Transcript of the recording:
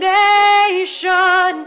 nation